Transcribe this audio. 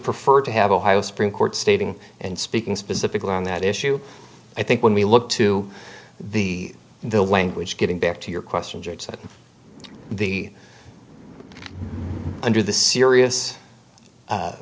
prefer to have ohio supreme court stating and speaking specifically on that issue i think when we look to the language getting back to your question judge that the under the serious